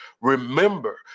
remember